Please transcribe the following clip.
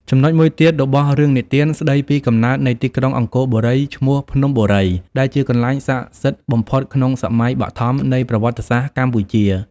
ចំណុចមួយទៀតរបស់រឿងនិទានស្តីពីកំណើតនៃទីក្រុងអង្គរបូរីឈ្មោះភ្នំ បុរី ដែលជាកន្លែងស័ក្តិសិទ្ធិបំផុតក្នុងសម័យបឋម នៃប្រវត្តិសាស្រ្តកម្ពុជា ។